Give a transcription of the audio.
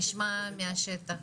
נשמע מהשטח.